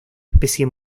especie